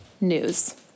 news